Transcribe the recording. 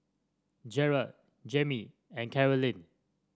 Jarrett Jermey and Carolyn